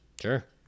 Sure